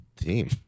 team